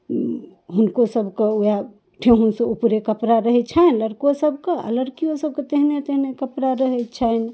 हुनको सबके ओएह ठेहुनसँ उपरे कपड़ा रहै छनि लड़को सबके आओर लड़कियो सबके तेहने तेहने कपड़ा रहै छनि